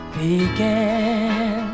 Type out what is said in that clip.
began